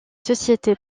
société